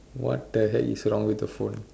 what the heck is wrong with the phone